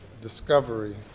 discovery